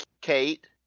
kate